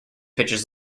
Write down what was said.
pitches